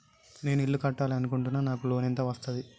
నేను ఇల్లు కట్టాలి అనుకుంటున్నా? నాకు లోన్ ఎంత వస్తది?